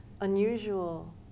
unusual